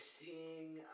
seeing